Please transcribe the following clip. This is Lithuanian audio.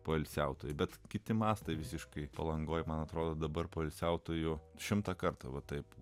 poilsiautojai bet kiti mastai visiškai palangoje man atrodo dabar poilsiautojų šimtą kartą taip